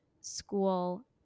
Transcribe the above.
school